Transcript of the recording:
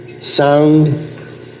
Sound